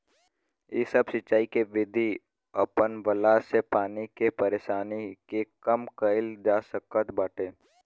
इ सब सिंचाई के विधि अपनवला से पानी के परेशानी के कम कईल जा सकत बाटे